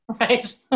Right